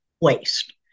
waste